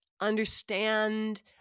understand